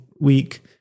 week